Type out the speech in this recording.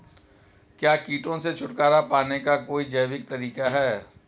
क्या कीटों से छुटकारा पाने का कोई जैविक तरीका है?